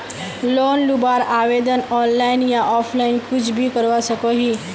Loan लुबार आवेदन online या ऑफलाइन कुछ भी करवा सकोहो ही?